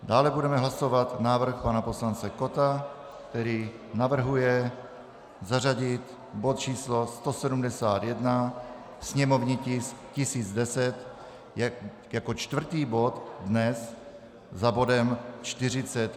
Dále budeme hlasovat návrh pana poslance Kotta, který navrhuje zařadit bod č. 171, sněmovní tisk 1010, jako čtvrtý bod dnes za bodem 42.